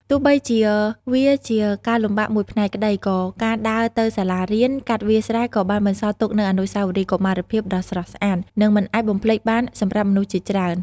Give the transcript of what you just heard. ទោះបីជាវាជាការលំបាកមួយផ្នែកក្តី ក៏ការដើរទៅសាលារៀនកាត់វាលស្រែក៏បានបន្សល់ទុកនូវអនុស្សាវរីយ៍កុមារភាពដ៏ស្រស់ស្អាត និងមិនអាចបំភ្លេចបានសម្រាប់មនុស្សជាច្រើន។